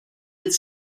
its